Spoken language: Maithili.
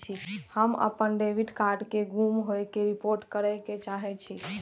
हम अपन डेबिट कार्ड के गुम होय के रिपोर्ट करे के चाहि छी